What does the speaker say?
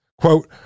quote